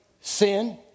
Sin